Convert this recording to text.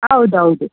ಹೌದೌದು